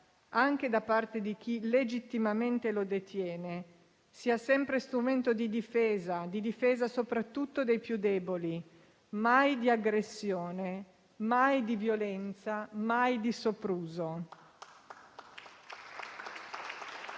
anche da parte di chi legittimamente lo può esercitare, sia sempre strumento di difesa, di difesa soprattutto dei più deboli, mai di aggressione, mai di violenza, mai di sopruso.